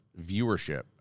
viewership